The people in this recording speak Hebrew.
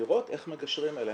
ולראות איך מגשרים עליהם,